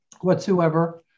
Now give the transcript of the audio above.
whatsoever